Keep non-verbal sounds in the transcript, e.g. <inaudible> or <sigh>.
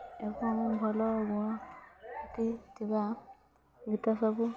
ଏବଂ ଭଲ <unintelligible> ଗୀତସବୁ